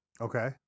Okay